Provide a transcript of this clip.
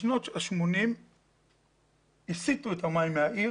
בשנות ה-80 הסיטו את המים מהעיר